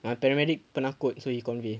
my paramedic penakut so he convey